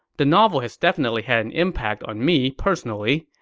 the novel has definitely had an impact on me personally.